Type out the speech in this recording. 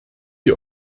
die